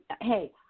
hey